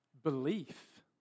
Belief